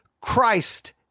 Christ